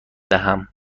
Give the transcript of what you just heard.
دهم